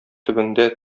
төбендә